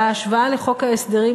וההשוואה לחוק ההסדרים,